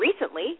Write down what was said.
recently